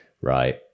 right